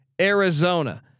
Arizona